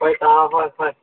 ꯍꯣꯏ ꯍꯣꯏ